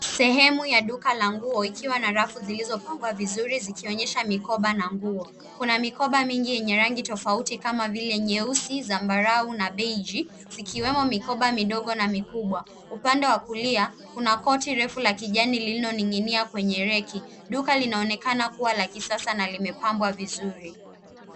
Sehemu ya duka langu la nguo ina rafu zilizopangwa vizuri zikionyesha mikoba ya nguo. Kuna mikoba mingi yenye rangi tofauti kama vile nyeusi, zambarau na beiji, ikiwa ni pamoja na mikoba midogo na mikubwa. Upande wa kulia, kuna koti refu la kijani lililoning’inia kwenye raki. Duka linaonekana kuwa la kisasa na limepambwa vizuri.